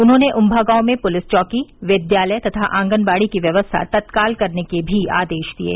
उन्होंने उम्मा गांव में पुलिस चौकी विद्यालय तथा आंगनबाड़ी की व्यवस्था तत्काल करने के भी आदेश दिये